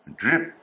drip